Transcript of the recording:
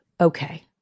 Okay